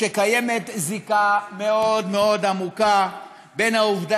קיימת זיקה מאוד מאוד עמוקה בין העובדה